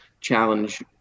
challenge